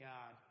God